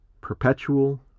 perpetual